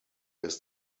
ist